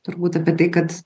turbūt apie tai kad